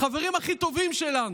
החברים הכי טובים שלנו,